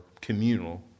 communal